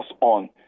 on